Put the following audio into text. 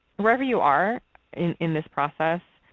wherever you are in in this process,